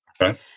Okay